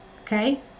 okay